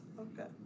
Okay